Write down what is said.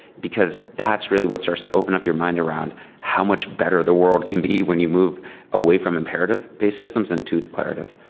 because that's really what starts to open up your mind around how much better the world can be when you move away from imperative-based systems into declarative.